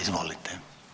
Izvolite.